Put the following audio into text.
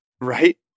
Right